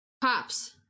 Pops